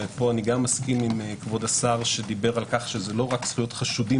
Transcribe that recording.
ואני מסכים עם כבוד השר שזה לא רק זכויות חשודים